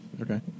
Okay